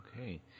Okay